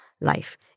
life